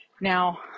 Now